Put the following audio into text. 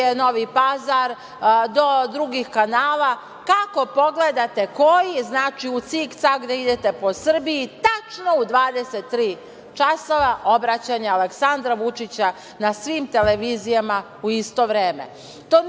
preko TV Novi Pazar, do drugih kanala, kako pogledate koji, znači, u cik cak da idete po Srbiji, tačno u 23,00 časova obraćanje Aleksandra Vučića na svim televizijama u isto vreme.